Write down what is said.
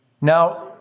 Now